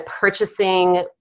purchasing